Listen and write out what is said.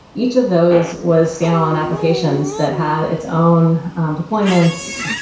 each of those was standalone applications that had its own deployments.